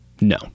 No